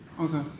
Okay